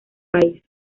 país